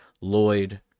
Lloyd